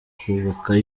bakubaka